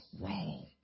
wrong